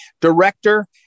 director